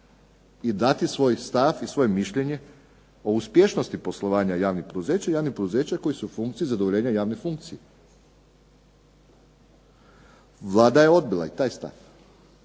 i dati svoj stav i svoje mišljenje o uspješnosti poslovanja javnih poduzeća koji su u funkciji zadovoljenja javne funkcije. Vlada je odbila i taj stav.